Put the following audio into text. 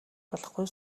болохгүй